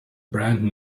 brand